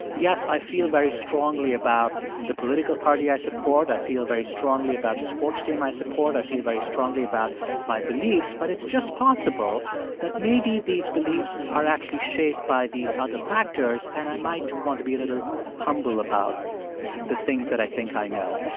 yes, i feel very strongly about the political party i support. i feel very strongly about the sports team i support. i feel very strongly about my beliefs, but it's just possible that maybe these beliefs are actually shaped by these other factors. and i might want to be a little humble about the things that i think i know.